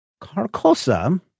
Carcosa